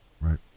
Right